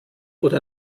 oder